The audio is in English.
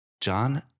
John